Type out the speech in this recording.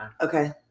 Okay